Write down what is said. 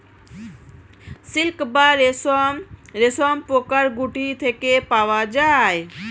silk বা রেশম রেশমপোকার গুটি থেকে পাওয়া যায়